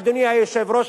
אדוני היושב-ראש,